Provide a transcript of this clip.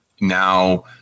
now